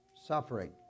suffering